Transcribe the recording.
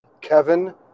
Kevin